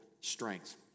strength